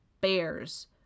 bears